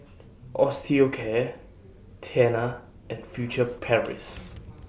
Osteocare Tena and Furtere Paris